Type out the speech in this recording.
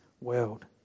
world